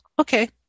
okay